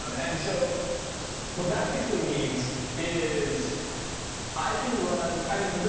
um and so what that basically means is i can run i mean,